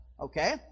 Okay